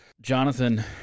Jonathan